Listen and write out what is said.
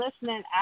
listening